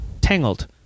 Tangled